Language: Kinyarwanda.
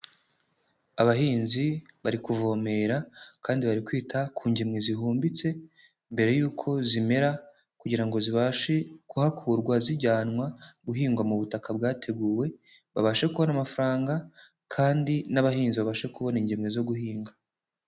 Abahinzi bari kuvomerera kandi bari kwita ku ngemwe zihumbitse, mbere y'uko zimera kugira ngo zibashe kuhakurwa zijyanwa guhingwa mu butaka bwateguwe, babashe kubona amafaranga kandi n'abahinzi babashe kubona ingemwe zo guhinga.